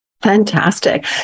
Fantastic